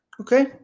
Okay